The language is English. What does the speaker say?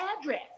address